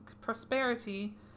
prosperity